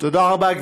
תודה רבה.